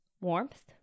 warmth